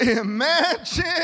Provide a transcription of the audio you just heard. imagine